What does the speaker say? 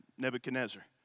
Nebuchadnezzar